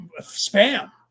spam